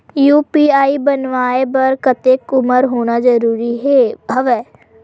UPI बनवाय बर कतेक उमर होना जरूरी हवय?